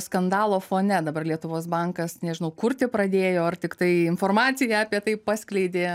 skandalo fone dabar lietuvos bankas nežinau kurti pradėjo ar tiktai informaciją apie tai paskleidė